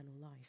life